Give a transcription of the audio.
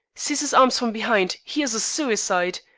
seize his arms from behind. he is a suicide,